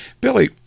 Billy